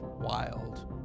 wild